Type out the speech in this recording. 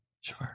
sure